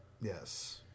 Yes